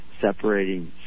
Separating